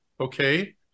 Okay